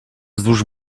wzdłuż